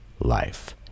life